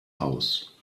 aus